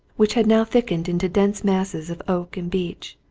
which had now thickened into dense masses of oak and beech.